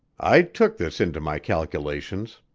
i took this into my calculations.